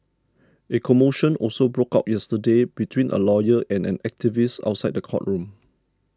a commotion also broke out yesterday between a lawyer and an activist outside the courtroom